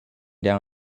down